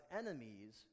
enemies